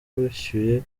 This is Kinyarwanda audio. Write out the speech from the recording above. wishyuye